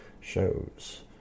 shows